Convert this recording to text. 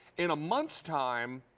in a month's time,